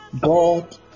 God